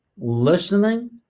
listening